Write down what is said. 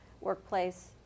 workplace